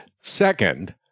Second